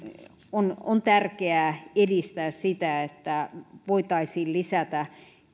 on on tärkeää edistää sitä että voitaisiin lisätä